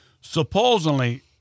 supposedly